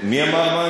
מי אמר?